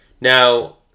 Now